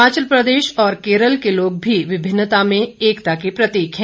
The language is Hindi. हिमाचल प्रदेश और केरल के लोग भी विभिन्नता में एकता के प्रतीक हैं